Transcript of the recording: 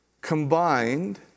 combined